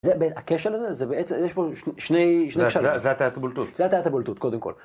זה, הקשר הזה, זה בעצם, יש פה שני, שני קשרים. זה הטעיית הבולטות. זה הטעיית הבולטות, קודם כל.